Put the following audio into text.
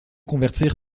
convertir